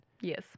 yes